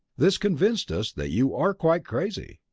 this convinced us that you are quite crazy.